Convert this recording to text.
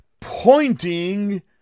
pointing